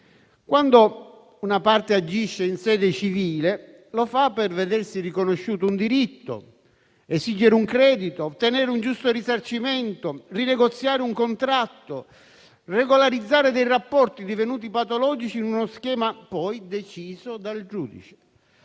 Quando una parte agisce in sede civile, lo fa per vedersi riconosciuto un diritto, esigere un credito, ottenere un giusto risarcimento, rinegoziare un contratto o regolarizzare rapporti divenuti patologici in uno schema poi deciso dal giudice.